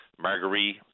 Marguerite